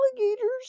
alligators